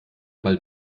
bald